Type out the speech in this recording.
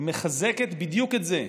מחזקת בדיוק את זה,